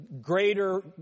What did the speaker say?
greater